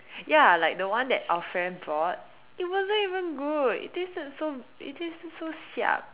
ya like the one that our friend brought it wasn't even good it tasted so it tasted so siab